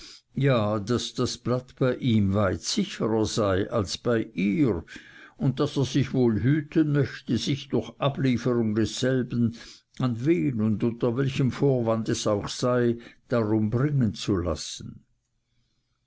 ja daß das blatt bei ihm weit sicherer sei als bei ihr und daß er sich wohl hüten möchte sich durch ablieferung desselben an wen und unter welchem vorwand es auch sei darum bringen zu lassen